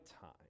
time